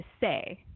say